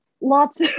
lots